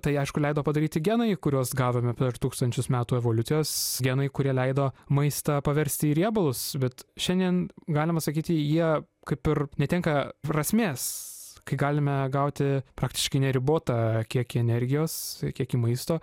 tai aišku leido padaryti genai kuriuos gavome per tūkstančius metų evoliucijos genai kurie leido maistą paversti į riebalus bet šiandien galima sakyti jie kaip ir netenka prasmės kai galime gauti praktiškai neribotą kiekį energijos kiekį maisto